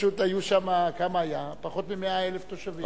פשוט היו שם פחות מ-100,000 תושבים.